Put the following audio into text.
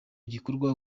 gikorwa